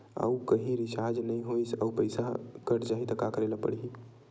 आऊ कहीं रिचार्ज नई होइस आऊ पईसा कत जहीं का करेला पढाही?